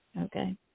okay